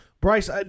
Bryce